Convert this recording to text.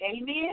Amen